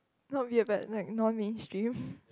nope we are but like not mainstream